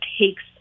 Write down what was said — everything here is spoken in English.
takes